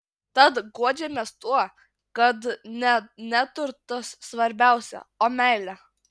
tad guodžiamės tuo kad ne neturtas svarbiausia o meilė